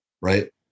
right